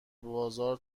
بازار